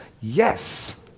yes